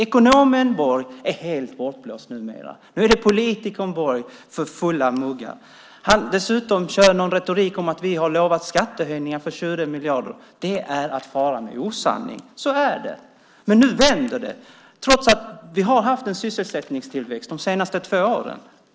Ekonomen Borg är helt bortblåst numera. Nu är det politikern Borg för fulla muggar. Dessutom kör han med någon retorik om att vi har lovat skattehöjningar med 20 miljarder. Det är att fara med osanning. Men nu vänder det efter att vi har haft en sysselsättningstillväxt de senaste två åren.